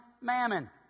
mammon